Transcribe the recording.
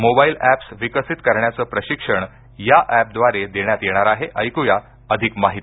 mobile apps विकसित करण्याचं प्रशिक्षण या ऍपद्वारे देण्यात येणार आहे याविषयी अधिक माहिती